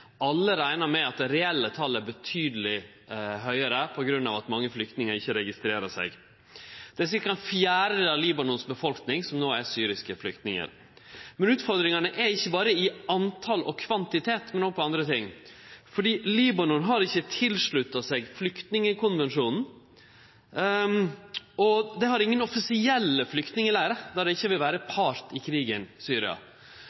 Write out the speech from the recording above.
Alle reknar med at det reelle talet er betydeleg høgare på grunn av at mange flyktningar ikkje registrerer seg. Cirka ein fjerdedel av Libanon si befolkning er no syriske flyktningar. Men utfordringane er ikkje berre i tal og kvantitet, men òg på andre område: Libanon har ikkje slutta seg til Flyktningkonvensjonen, og dei har ingen offisielle flyktningleirar, sidan dei ikkje vil vere part i krigen i Syria.